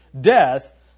Death